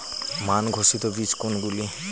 মান ঘোষিত বীজ কোনগুলি?